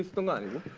the map